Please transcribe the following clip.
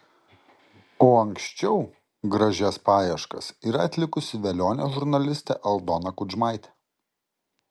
o anksčiau gražias paieškas yra atlikusi velionė žurnalistė aldona kudžmaitė